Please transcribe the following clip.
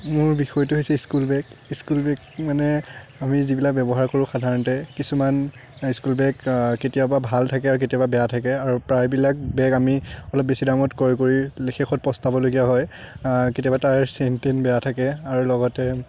মোৰ বিষয়টো হৈছে স্কুল বেগ স্কুল বেগ মানে আমি যিবিলাক ব্য়ৱহাৰ কৰোঁ সাধাৰণতে কিছুমান স্কুল বেগ কেতিয়াবা ভাল থাকে আৰু কেতিয়াবা বেয়া থাকে আৰু প্ৰায়বিলাক বেগ আমি অলপ বেছি দামত ক্ৰয় কৰি শেষত পস্তাবলগীয়া হয় কেতিয়াবা তাৰ চেইন টেইন বেয়া থাকে আৰু লগতে